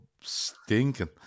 stinking